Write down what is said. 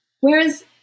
Whereas